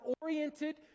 oriented